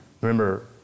remember